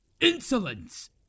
insolence